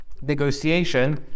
negotiation